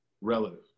relative